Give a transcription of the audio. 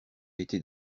été